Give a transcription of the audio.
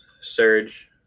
Surge